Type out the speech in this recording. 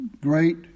Great